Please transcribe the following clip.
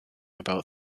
about